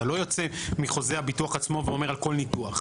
אתה לא יוצא מחוזה הביטוח עצמו ואומר על כל ניתוח.